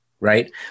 right